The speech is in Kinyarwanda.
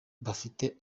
bafite